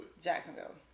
Jacksonville